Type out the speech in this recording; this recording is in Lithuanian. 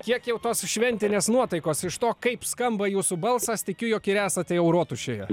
kiek jau tos šventinės nuotaikos iš to kaip skamba jūsų balsas tikiu jog ir esate jau rotušėje